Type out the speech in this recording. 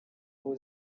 aho